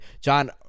John